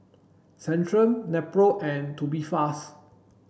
Centrum Nepro and Tubifast